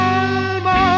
alma